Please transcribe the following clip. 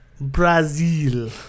Brazil